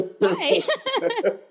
hi